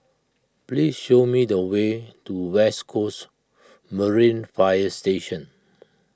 please show me the way to West Coast Marine Fire Station